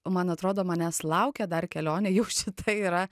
man atrodo manęs laukia dar kelionė jau šita yra